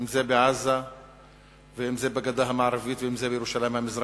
אם זה בעזה ואם זה בגדה המערבית ואם זה בירושלים המזרחית.